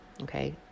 okay